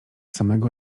samego